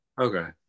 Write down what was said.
okay